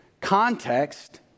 context